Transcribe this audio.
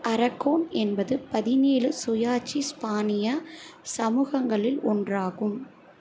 Aragon என்பது பதினேழு சுயாட்சி ஸ்பானிய சமூகங்களில் ஒன்றாகும்